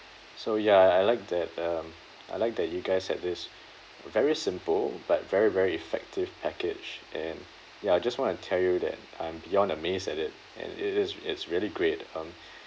so ya I like that um I like that you guys have this very simple but very very effective package and ya I just want to tell you that I'm beyond amazed at it and it is it's really great um